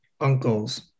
uncles